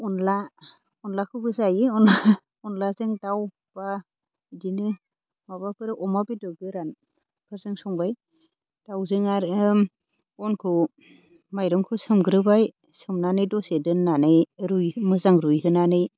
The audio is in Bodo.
अन्ला अन्लाखौबो जायो अन्ला अन्लाजों दाव बा बिदिनो माबाफोर अमा बेदर गोरानफोरजों संबाय दावजों आरो अनखौ माइरंखौ सोमग्रोबाय सोमनानै दसे दोन्नानै रुइ मोजां रुइहोनानै